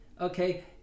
okay